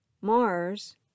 Mars